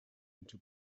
into